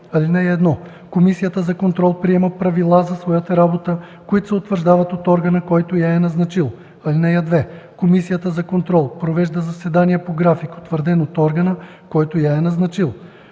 22г. (1) Комисията за контрол приема правила за своята работа, които се утвърждават от органа, който я е назначил. (2) Комисията за контрол провежда заседания по график, утвърден от органа, който я е назначил.